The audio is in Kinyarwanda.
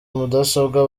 mudasobwa